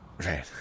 Right